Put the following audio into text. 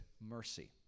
mercy